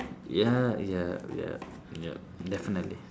ya ya yup yup definitely